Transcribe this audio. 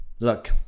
look